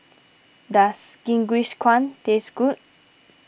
does Jingisukan taste good